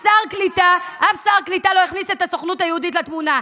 אף שר קליטה לא הכניס את הסוכנות היהודית לתמונה.